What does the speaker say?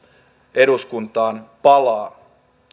eduskuntaan palaa